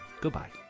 goodbye